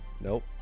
Nope